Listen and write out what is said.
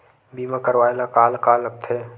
बीमा करवाय ला का का लगथे?